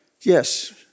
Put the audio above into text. yes